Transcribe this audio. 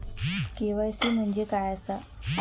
KYC म्हणजे काय आसा?